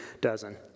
Dozen